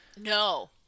No